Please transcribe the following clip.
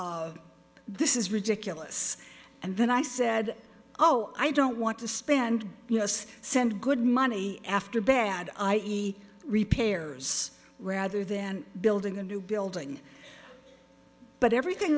of this is ridiculous and then i said oh i don't want to spend yes send good money after bad i e repairs rather than building the new building but everything